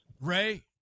Ray